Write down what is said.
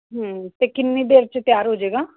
ਹੂੰ ਅਤੇ ਕਿੰਨੀ ਦੇਰ 'ਚ ਤਿਆਰ ਹੋਜੇਗਾ